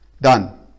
done